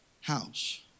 house